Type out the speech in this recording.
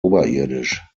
oberirdisch